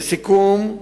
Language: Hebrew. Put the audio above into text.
לסיכום,